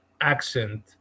accent